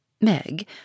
Meg